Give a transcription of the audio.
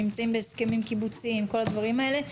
שנמצאים בהסכמים קיבוציים וכל הדברים האלה,